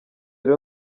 rero